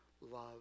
love